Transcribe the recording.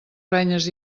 renyes